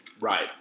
Right